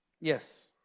Yes